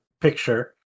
picture